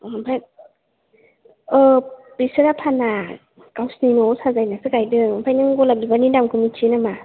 ओमफ्राय बिसोरा फाना गावसिनि न'आव साजायनोसो गायदों ओमफ्राय नों गलाब बिबारनि दामखौ मोनथियो नामा